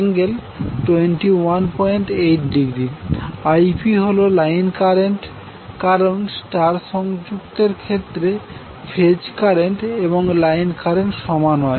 Ip হল line current কারন star সংযুক্ত এর ক্ষেত্রে ফেজ কারেন্ট এবং লাইন কারেন্ট সমান হয়